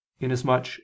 inasmuch